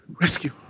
rescue